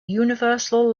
universal